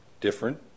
different